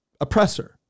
oppressor